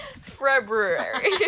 February